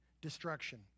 destruction